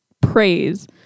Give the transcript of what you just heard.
praise